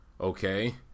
okay